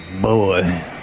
boy